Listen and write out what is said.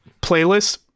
playlist